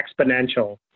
exponential